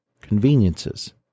conveniences